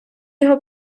його